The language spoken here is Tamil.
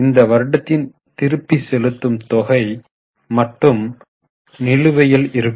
இந்த வருடத்தின் திருப்பி செலுத்தும் தொகை மட்டும் நிலுவையில் இருக்கும்